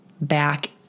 back